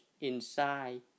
inside